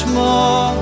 more